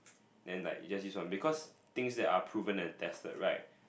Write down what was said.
then like you just use loh because things that are proven and tested right